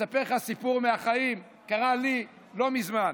אספר לך סיפור מהחיים שקרה לי לא מזמן.